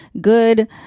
good